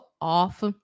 off